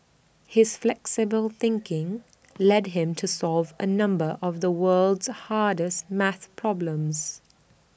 his flexible thinking led him to solve A number of the world's hardest math problems